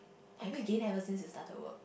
have you gain ever since you started work